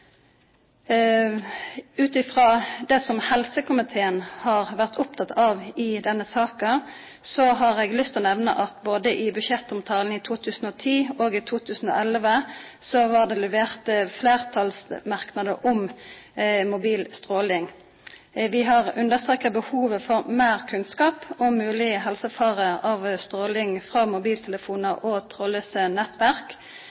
denne saka, har eg lyst til å nemna at i budsjettomtala både for 2010 og 2011 blei det levert fleirtalsmerknader om mobil stråling. Vi har understreka behovet for meir kunnskap om moglege helsefarar av stråling frå